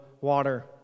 water